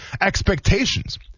expectations